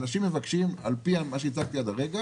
אנשים מבקשים על פי מה שהצגתי עד עכשיו,